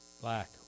black